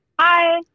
Hi